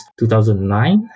2009